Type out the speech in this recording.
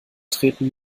treten